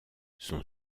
son